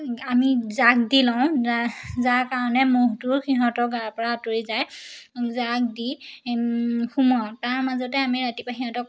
আমি জাক দি লওঁ যা যাৰ কাৰণে মহটো সিহঁতৰ গাৰ পৰা আঁতৰি যায় জাক দি সোমোৱাও তাৰ মাজতে আমি ৰাতিপুৱা সিহঁতক